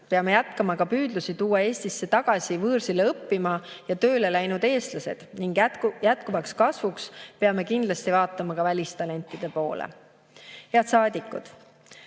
Peame jätkama ka püüdlusi tuua Eestisse tagasi võõrsile õppima ja tööle läinud eestlased ning jätkuvaks kasvuks peame kindlasti vaatama ka välistalentide poole. Head saadikud!